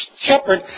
shepherd